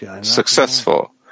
successful